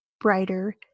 brighter